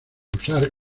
usar